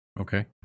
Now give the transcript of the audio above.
Okay